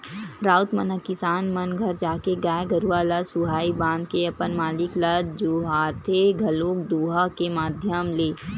राउत मन ह किसान मन घर जाके गाय गरुवा ल सुहाई बांध के अपन मालिक ल जोहारथे घलोक दोहा के माधियम ले